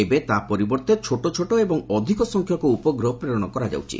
ଏବେ ତା' ପରିବର୍ତ୍ତେ ଛୋଟ ଛୋଟ ଏବଂ ଅଧିକ ସଂଖ୍ୟକ ଉପଗ୍ରହ ପ୍ରେରଣ କରାଯାଉଛି